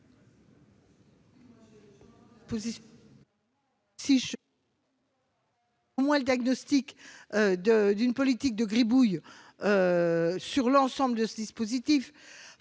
Je fais le diagnostic d'une politique de Gribouille sur l'ensemble de ce dispositif